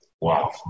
Wow